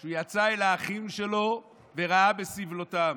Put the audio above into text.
כשהוא יצא אל האחים שלו וראה בסבלותם.